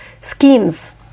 schemes